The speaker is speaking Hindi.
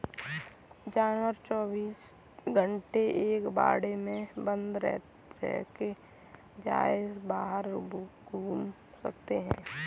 जानवर चौबीस घंटे एक बाड़े में बंद रहने के बजाय बाहर घूम सकते है